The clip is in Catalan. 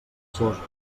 soses